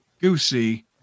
Goosey